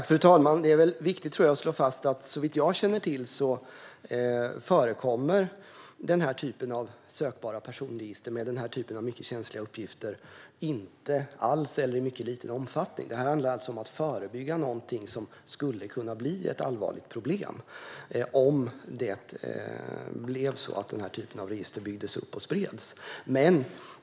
Fru talman! Jag tror att det är viktigt att slå fast att sökbara personregister med den här typen av mycket känsliga uppgifter såvitt jag känner till inte förekommer alls, eller i mycket liten omfattning. Det handlar alltså om att förebygga någonting som skulle kunna bli ett allvarligt problem om det blev så att den typen av register byggdes upp och spreds.